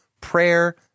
prayer